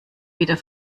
wieder